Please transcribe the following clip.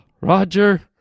Roger